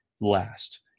last